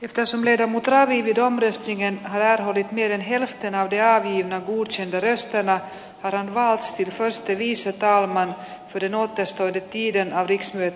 itä suomeen mutta rivit ostajien määrä oli virheellisten audiardin uutisen verestävä rankasti pois viisisataa oman käden otteesta yritti olevaksi ajaksi